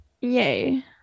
Yay